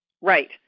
Right